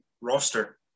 roster